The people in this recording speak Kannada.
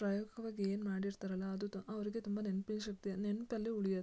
ಪ್ರಾಯೋಗಿಕವಾಗಿ ಏನು ಮಾಡಿರ್ತಾರಲ್ಲ ಅದು ತೊ ಅವರಿಗೆ ತುಂಬ ನೆನಪಿನ ಶಕ್ತಿ ನೆನಪಲ್ಲಿ ಉಳಿಯುತ್ತೆ